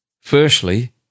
Firstly